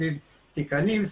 סביב תיקנים,